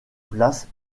place